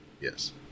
yes